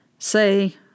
Say